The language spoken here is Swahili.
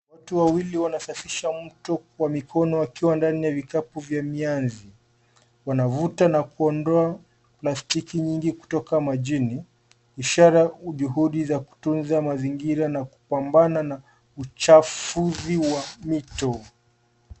Watu wawili wanasafisha mto kwa mikono wakiwa ndani ya vikapu vya mianzi. Wanavuta na kuondoa plastiki nyingi kutoka majini ishara ya juhudi za kutunza mazingira na kupamabana na uchafuzi wa mito.